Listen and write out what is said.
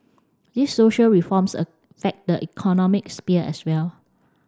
these social reforms affect the economic sphere as well